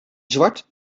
zwart